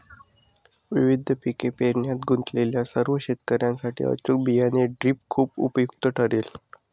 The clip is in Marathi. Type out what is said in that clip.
विविध पिके पेरण्यात गुंतलेल्या सर्व शेतकर्यांसाठी अचूक बियाणे ड्रिल खूप उपयुक्त ठरेल